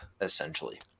essentially